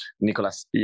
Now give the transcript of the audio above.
Nicolas